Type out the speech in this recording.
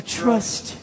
trust